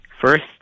first